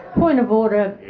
point of order,